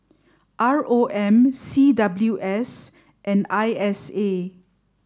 R O M C W S and I S A